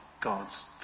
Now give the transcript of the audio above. God's